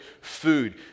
food